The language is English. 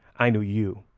i knew you,